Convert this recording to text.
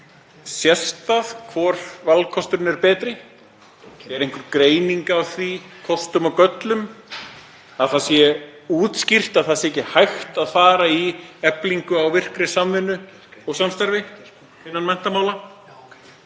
Sést hvor valkosturinn er betri? Er einhver greining á kostum og göllum? Er útskýrt að ekki sé hægt að fara í eflingu á virkri samvinnu og samstarfi innan menntamála